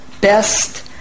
best